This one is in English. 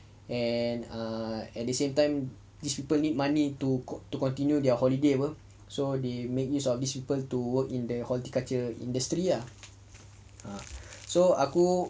and err at the same time these people need money to continue their holiday apa so they make use of this people to work in the horticulture industry ah so aku